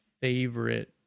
favorite